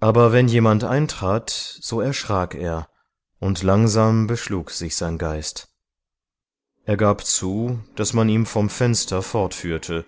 aber wenn jemand eintrat so erschrak er und langsam beschlug sich sein geist er gab zu daß man ihn vom fenster fortführte